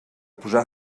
posar